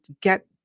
get